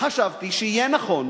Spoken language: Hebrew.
חשבתי שיהיה נכון